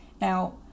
Now